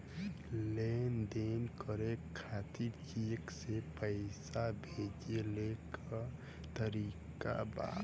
लेन देन करे खातिर चेंक से पैसा भेजेले क तरीकाका बा?